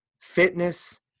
fitness